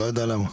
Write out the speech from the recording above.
לא יודע למה.